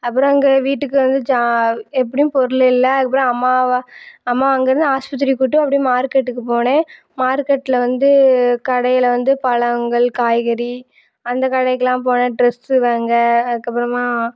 அப்புறம் எங்கள் வீட்டுக்கு வந்து ஜா எப்படியும் பொருள் இல்லை அதுக்கு அப்புறம் அம்மாவை அம்மாவை அங்கே இருந்து ஆஸ்பத்திரிக்கு கூட்டு போய் அப்படியே மார்க்கெட்டுக்கு போனேன் மார்க்கெட்டில் வந்து கடையில் வந்து பழங்கள் காய்கறி அந்த கடைகெலாம் போனேன் ட்ரெஸு வாங்க அதுக்கு அப்புறமா